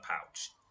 pouch